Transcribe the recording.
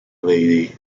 lady